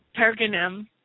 Pergamum